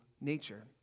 nature